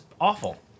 awful